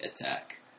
attack